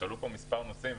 עלו פה מספר נושאים.